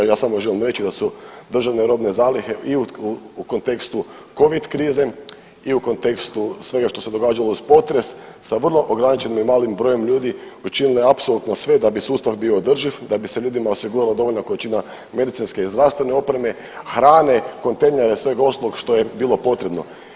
Ja samo želim reći da su Državne robne zalihe i u kontekstu covid krize i u kontekstu sveta što se događalo uz potres sa vrlo ograničenim i malim brojem ljudi učinile apsolutno sve da bi sustav bio održiv, da bi se ljudima osigurala dovoljna količina medicinske i zdravstvene opreme, hrane, kontejnera i svega ostalog što je bilo potrebno.